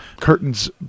curtains